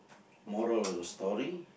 moral of the story